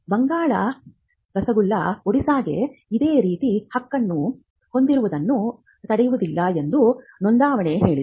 ಬಂಗಾಳ ರಾಸೊಗೊಲ್ಲಾ ಒಡಿಶಾಗೆ ಇದೇ ರೀತಿಯ ಹಕ್ಕನ್ನು ಹೊಂದಿರುವುದನ್ನು ತಡೆಯುವುದಿಲ್ಲ ಎಂದು ನೋಂದಾವಣೆ ಹೇಳಿದೆ